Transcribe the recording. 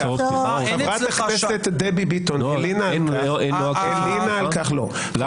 חברת הכנסת דבי ביטון הלינה על כך --- אין נוהג של הצהרות פתיחה?